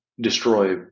destroy